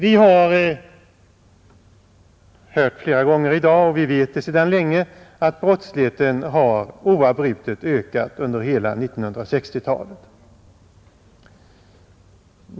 Vi har hört flera gånger i dag och vi vet sedan länge att brottsligheten oavbrutet har ökat under hela 1960-talet.